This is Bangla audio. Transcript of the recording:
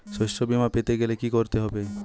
শষ্যবীমা পেতে গেলে কি করতে হবে?